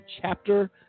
Chapter